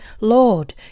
Lord